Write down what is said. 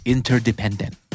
Interdependent